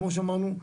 כמו שאמרנו,